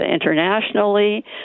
internationally